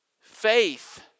Faith